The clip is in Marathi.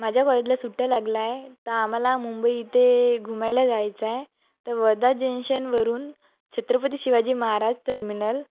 माझ्या कॉलेजला सुट्ट्या लागला आहे तर आम्हाला मुंबई इथे घुमायला जायचं आहे तर वर्धा जेनशनवरून छत्रपती शिवाजी महाराज टर्मिनल